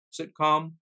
sitcom